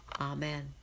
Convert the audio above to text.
Amen